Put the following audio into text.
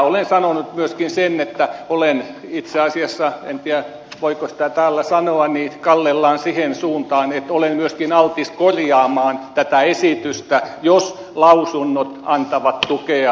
olen sanonut myöskin sen että olen itse asiassa en tiedä voiko sitä täällä sanoa kallellani siihen suuntaan että olen myöskin altis korjaamaan tätä esitystä jos lausunnot antavat tukea siihen suuntaan